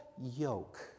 yoke